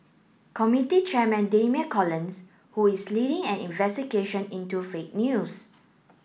committee chairman Damian Collins who is leading an investigation into fake news